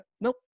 Nope